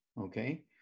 okay